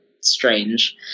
strange